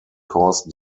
cause